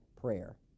prayer